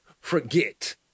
forget